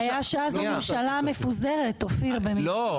הבעיה שאז הממשלה מפוזרת אופיר, לא?